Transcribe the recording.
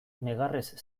negarrez